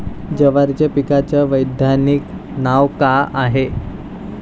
जवारीच्या पिकाचं वैधानिक नाव का हाये?